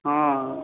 ହଁ